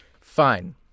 Fine